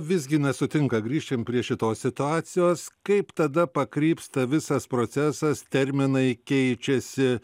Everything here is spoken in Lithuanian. visgi nesutinka grįškim prie šitos situacijos kaip tada pakrypsta visas procesas terminai keičiasi